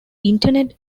internet